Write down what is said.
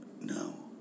No